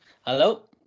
Hello